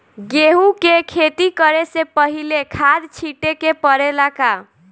गेहू के खेती करे से पहिले खाद छिटे के परेला का?